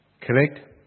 Correct